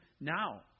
now